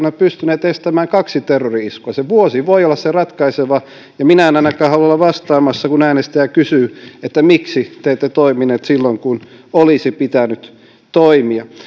pystyneet estämään kaksi terrori iskua se vuosi voi olla se ratkaiseva enkä minä ainakaan halua olla vastaamassa kun äänestäjä kysyy että miksi te ette toimineet silloin kun olisi pitänyt toimia